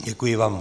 Děkuji vám.